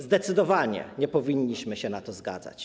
Zdecydowanie nie powinniśmy się na to zgadzać.